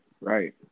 right